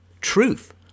Truth